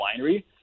winery